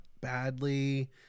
badly